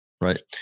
Right